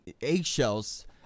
eggshells